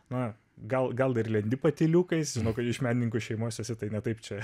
na gal gal ir lendi patyliukais žinau kad iš menininkų šeimos esi tai ne taip čia